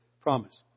promise